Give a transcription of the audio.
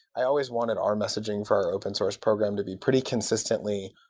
i always wanted our messaging for our open-source program to be pretty consistently,